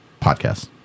Podcasts